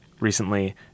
recently